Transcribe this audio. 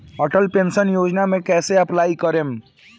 Atal pension योजना मे कैसे अप्लाई करेम?